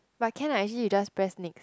but can I hit you just pressed next